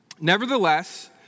Nevertheless